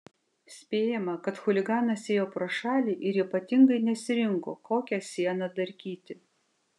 spėjama kad chuliganas ėjo pro šalį ir ypatingai nesirinko kokią sieną darkyti